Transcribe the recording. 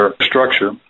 structure